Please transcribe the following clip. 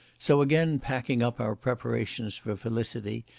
so again packing up our preparations for felicity,